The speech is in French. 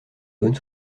bonne